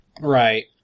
Right